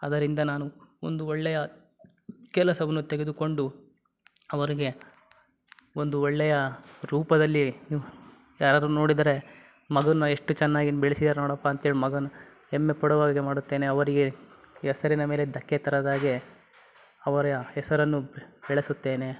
ಅದರಿಂದ ನಾನು ಒಂದು ಒಳ್ಳೆಯ ಕೆಲಸವನ್ನು ತೆಗೆದುಕೊಂಡು ಅವರಿಗೆ ಒಂದು ಒಳ್ಳೆಯ ರೂಪದಲ್ಲಿ ಯಾರಾದ್ರು ನೋಡಿದರೆ ಮಗನ್ನ ಎಷ್ಟು ಚೆನ್ನಾಗಿ ಬೆಳೆಸಿದಾರೆ ನೋಡಪ್ಪ ಅಂತೇಳಿ ಮಗನ ಹೆಮ್ಮೆಪಡುವಾಗೆ ಮಾಡುತ್ತೇನೆ ಅವರಿಗೆ ಹೆಸರಿನ ಮೇಲೆ ದಕ್ಕೆ ತರದಾಗೆ ಅವರ ಹೆಸರನ್ನು ಬೆಳೆಸುತ್ತೇನೆ